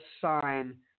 sign